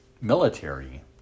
military